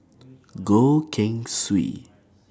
Goh Keng Swee